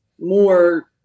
more